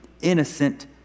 innocent